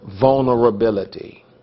vulnerability